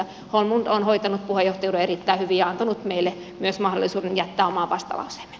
holmlund on hoitanut puheenjohtajuuden erittäin hyvin ja antanut meille myös mahdollisuuden jättää oman vastalauseemme